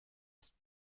ist